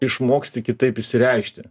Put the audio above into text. išmoksti kitaip išsireikšti